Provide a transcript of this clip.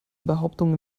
behauptungen